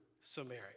Samaria